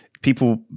people